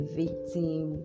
victim